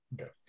Okay